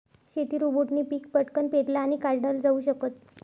शेती रोबोटने पिक पटकन पेरलं आणि काढल जाऊ शकत